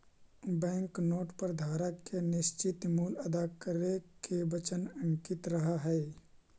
bank note पर धारक के निश्चित मूल्य अदा करे के वचन अंकित रहऽ हई